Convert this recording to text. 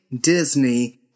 Disney